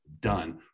done